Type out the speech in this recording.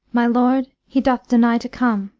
my lord, he doth deny to come.